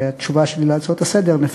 בתשובה שלי על ההצעות לסדר-היום,